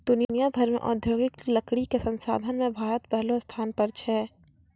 दुनिया भर मॅ औद्योगिक लकड़ी कॅ संसाधन मॅ भारत पहलो स्थान पर छै